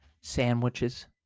sandwiches